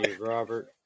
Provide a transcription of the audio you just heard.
Robert